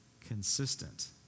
consistent